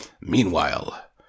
Meanwhile